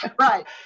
Right